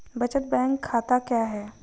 बचत बैंक खाता क्या है?